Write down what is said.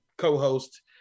co-host